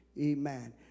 Amen